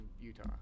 Utah